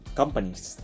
companies